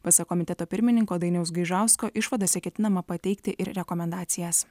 pasak komiteto pirmininko dainiaus gaižausko išvadose ketinama pateikti ir rekomendacijas